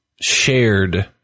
shared